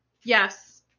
Yes